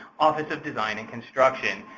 office of design and construction.